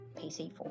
PC4